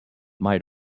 might